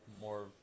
more